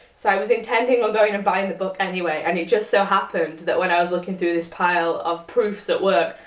so i was intending on going and buying the book anyway and it just so happened that when i was looking through this pile of proofs at work.